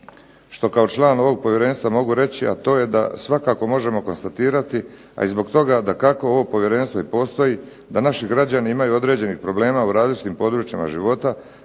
što kao član ovog povjerenstva mogu reći, a to je da svakako možemo konstatirati, a i zbog toga dakako ovo povjerenstvo i postoji, da naši građani imaju određenih problema u različitim područjima života